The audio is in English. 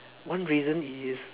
one reason is